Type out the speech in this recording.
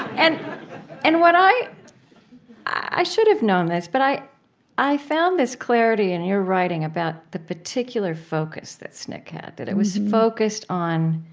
and and what i i should've known this but i i found this clarity in your writing about the particular focus that sncc had, that it was focused on